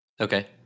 Okay